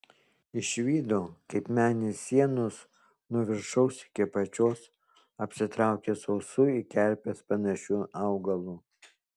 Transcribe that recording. išvydo kaip menės sienos nuo viršaus iki apačios apsitraukia sausu į kerpes panašiu augalu